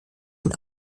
den